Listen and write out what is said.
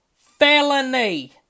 Felony